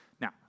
Now